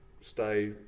Stay